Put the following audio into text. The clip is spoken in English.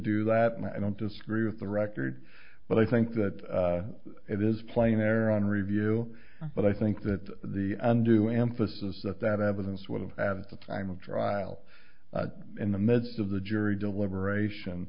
do that and i don't disagree with the record but i think that it is playing their own review but i think that the and do an emphasis that that evidence would have at the time of trial in the midst of the jury deliberation